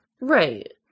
right